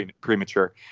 premature